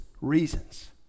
reasons